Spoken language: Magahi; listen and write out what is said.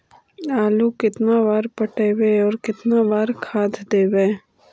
आलू केतना बार पटइबै और केतना बार खाद देबै?